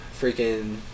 freaking